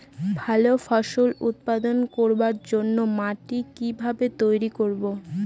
ভালো ফসল উৎপাদন করবার জন্য মাটি কি ভাবে তৈরী করব?